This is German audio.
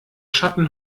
schatten